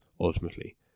ultimately